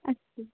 अस्तु